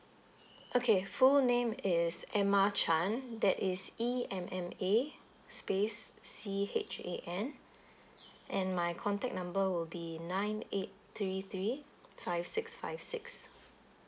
okay full name is emma chan that is E_M_M_A space C_H_A_N and my contact number will be nine eight three three five six five six